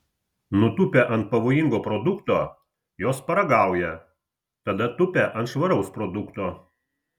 nutūpę ant pavojingo produkto jos paragauja tada tupia ant švaraus produkto